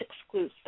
exclusive